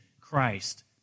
Christ